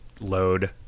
load